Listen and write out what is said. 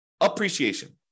appreciation